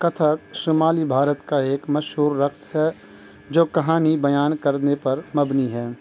کتھک شمالی بھارت کا ایک مشہور رقص ہے جو کہانی بیان کرنے پر مبنی ہے